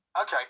okay